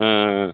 ஆ ஆ ஆ